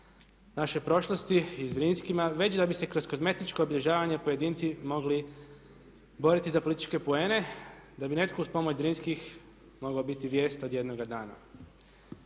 našoj prošlosti i Zrinskima već da bi se kroz kozmetičko obilježavanje pojedinci mogli boriti za političke poene, da bi netko uz pomoć Zrinskih mogao biti vijest od jednoga dana.